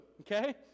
okay